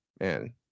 man